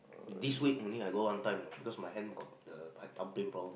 this week only I go one time because my hand got the my thumbprint problem